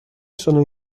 sono